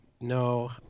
No